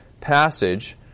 passage